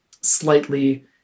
slightly